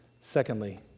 Secondly